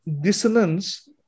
dissonance